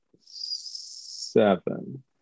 Seven